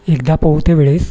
एकदा पोहतेवेळेस